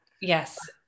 Yes